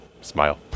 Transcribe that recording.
Smile